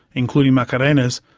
including macarena's,